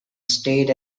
stayed